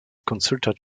consultant